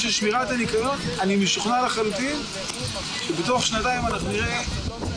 אני מקווה ששמע אותך גם כל מי שצריך לדאוג לאזור שלו.